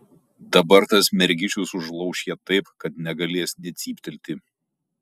dabar tas mergišius užlauš ją taip kad negalės nė cyptelti